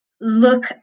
look